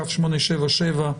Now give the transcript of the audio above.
כ/877,